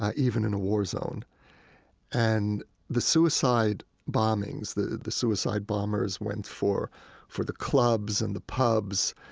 ah even in a war zone and the suicide bombings, the the suicide bombers, went for for the clubs and the pubs,